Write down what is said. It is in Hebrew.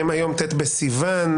היום ט' בסיוון.